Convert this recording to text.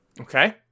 Okay